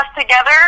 together